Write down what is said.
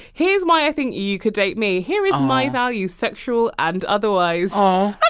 here's why i think you could date me. here is my value, sexual and otherwise oh